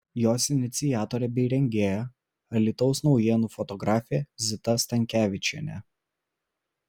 jos iniciatorė bei rengėja alytaus naujienų fotografė zita stankevičienė